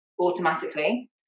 automatically